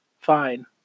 Fine